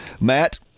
Matt